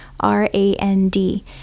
r-a-n-d